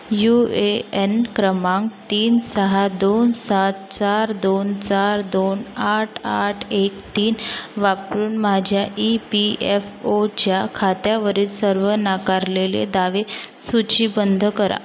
UAN क्रमांक तीन सहा दोन सात चार दोन चार दोन आठ आठ एक तीन वापरून माझ्या ई पी एफ ओच्या खात्यावरील सर्व नाकारलेले दावे सूचीबंध करा